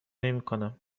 نمیکنم